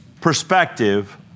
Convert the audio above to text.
perspective